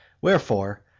Wherefore